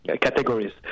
categories